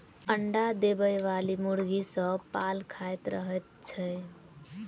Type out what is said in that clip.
अंडा देबयबाली मुर्गी सभ पाल खाइत रहैत छै